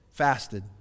Fasted